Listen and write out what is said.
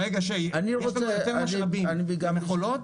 ברגע שיש לנו יותר משאבים במכולות,